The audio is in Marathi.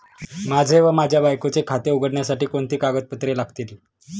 माझे व माझ्या बायकोचे खाते उघडण्यासाठी कोणती कागदपत्रे लागतील?